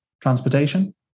transportation